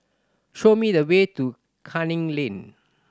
show me the way to Canning Lane